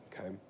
okay